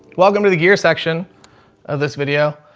welcome to the gear section of this video.